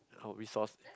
our resource